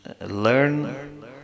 learn